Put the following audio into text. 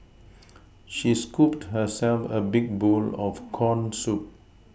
she scooped herself a big bowl of corn soup